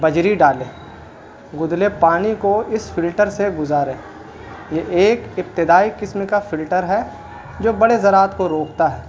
بجری ڈالیں گدلے پانی کو اس فلٹر سے گزاریں یہ ایک ابتدائی قسم کا فلٹر ہے جو بڑے زراعت کو روکتا ہے